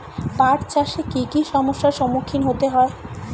পাঠ চাষে কী কী সমস্যার সম্মুখীন হতে হয়?